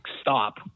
stop